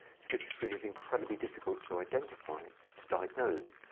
schizophrenia is incredibly difficult to identify, to diagnose.